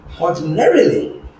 Ordinarily